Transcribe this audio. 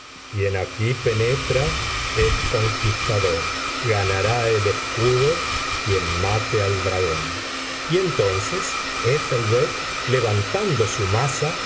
quien aquí penetra es conquistador ganará el escudo quien mate al dragón y entonces éthelred levantando su maza